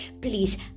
Please